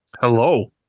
Hello